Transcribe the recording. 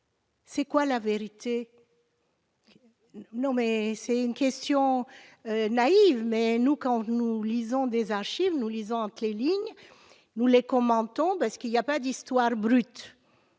c'est quoi la vérité. Non mais c'est une question naïve mais nous quand nous lisons des archives nous lisons toutes les lignes, nous les commentons de ce qu'il y a pas d'histoire brut